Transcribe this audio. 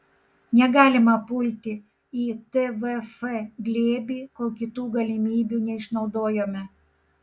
negalima pulti į tvf glėbį kol kitų galimybių neišnaudojome